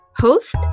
host